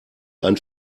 ein